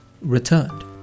returned